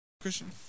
Christian